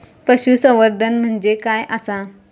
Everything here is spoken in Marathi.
पशुसंवर्धन म्हणजे काय आसा?